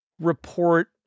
report